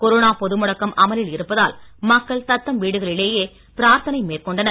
corona பொது முடக்கம் அமலில் இருப்பதால் மக்கள் தத்தம் வீடுகளிலேயே பிராத்தனை மேற்கொண்டனர்